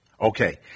okay